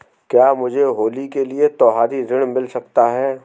क्या मुझे होली के लिए त्यौहारी ऋण मिल सकता है?